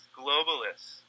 globalists